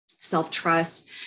self-trust